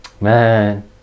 man